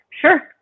sure